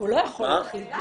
לא לא לא.